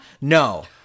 No